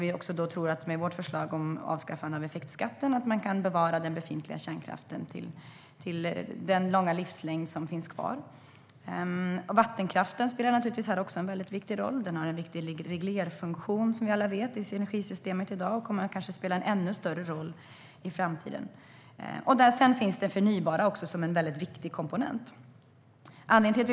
Vi tror att man med vårt förslag om avskaffande av effektskatten kan bevara den befintliga kärnkraften under den långa livslängd som den har kvar. Vattenkraften spelar också en viktig roll. Den har som vi alla vet en viktig reglerfunktion i energisystemet i dag och kommer kanske att spela en ännu större roll i framtiden. Sedan finns också det förnybara som en viktig komponent.